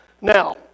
Now